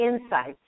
insights